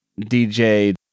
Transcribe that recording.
DJ